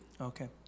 Okay